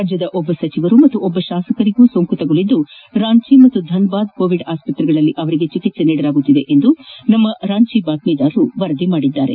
ರಾಜ್ಯದ ಒಬ್ಬ ಸಚಿವರು ಮತ್ತು ಒಬ್ಬ ಶಾಸಕರಿಗೆ ಸೋಂಕು ತಗಲಿದ್ದು ರಾಂಚಿ ಮತ್ತು ಧನ್ಬಾದ್ ಕೋವಿಡ್ ಆಸ್ಪತ್ರೆಗಳಲ್ಲಿ ಚಿಕಿತ್ಸೆ ನೀಡಲಾಗುತ್ತಿದೆ ಎಂದು ನಮ್ಮ ರಾಂಚಿ ಬಾತ್ಮೀದಾರರು ವರದಿ ಮಾಡಿದ್ದಾರೆ